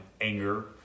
anger